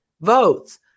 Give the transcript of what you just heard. votes